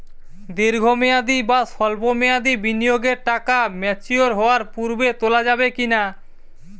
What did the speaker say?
দীর্ঘ মেয়াদি বা সল্প মেয়াদি বিনিয়োগের টাকা ম্যাচিওর হওয়ার পূর্বে তোলা যাবে কি না?